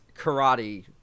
karate